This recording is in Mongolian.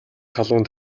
халуун